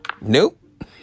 Nope